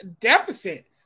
deficit